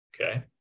okay